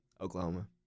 Oklahoma